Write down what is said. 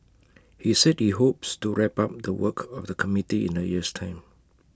he said he hopes to wrap up the work of the committee in A year's time